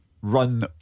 run